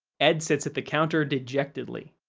ed sits at the counter dejectedly.